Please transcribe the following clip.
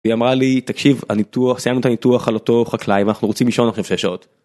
היא אמרה לי תקשיב הניתוח סיימנו את הניתוח על אותו חקלאי ואנחנו רוצים לישון עכשיו 6 שעות.